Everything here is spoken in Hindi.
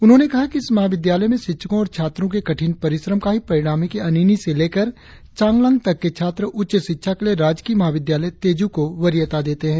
उन्होंने कहा कि इस महाविद्यालय में शिक्षको और छात्रो के कठिन परिश्रम का ही परिणाम है की अनिनी से लेकर चांगलांग तक के छात्र उच्च शिक्षा के लिए राजकीय महाविद्यालय तेजु को वरीयता देते है